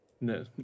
No